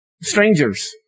strangers